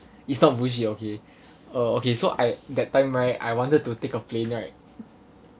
it's not bullshit okay uh okay so I that time right I wanted to take a plane right